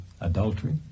adultery